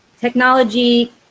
technology